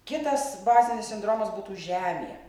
kitas bazinis sindromas būtų žemė